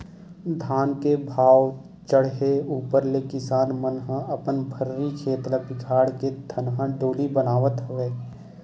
धान के भाव चड़हे ऊपर ले किसान मन ह अपन भर्री खेत ल बिगाड़ के धनहा डोली बनावत हवय